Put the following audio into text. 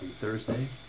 Thursday